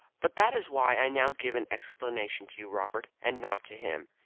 but that is why i now give an explanation to you, robert, and not to him.